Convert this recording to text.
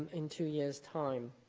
in two years' time.